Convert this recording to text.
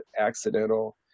accidental